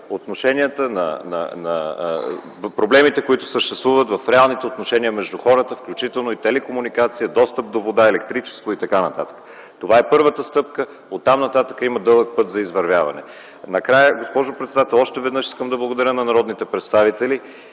проблемите, които съществуват в реалните отношения между хората, включително и телекомуникация, достъп до вода, електричество и т.н. Това е първата стъпка, оттам нататък има дълъг път за извървяване. Накрая, госпожо председател, още веднъж искам да благодаря на народните представители